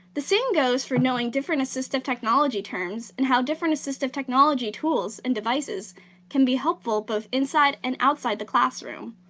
the same goes for knowing different assistive technology terms and how different assistive technology tools and devices can be helpful both inside and outside the classroom.